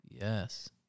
Yes